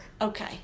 Okay